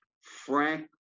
Frank